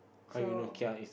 so